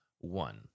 one